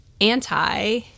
anti